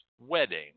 wedding